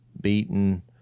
beaten